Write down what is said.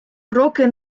кроки